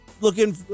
looking